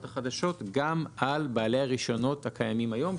החדשות גם על בעלי הרישיונות הקיימים היום,